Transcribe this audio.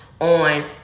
on